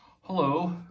Hello